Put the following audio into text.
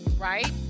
Right